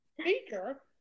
speaker